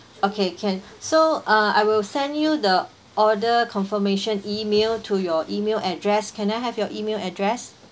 okay can so uh I will send you the order confirmation email to your email address can I have your email address